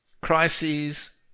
Crises